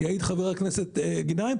יעיד חבר הכנסת גנאים.